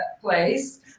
place